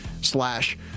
slash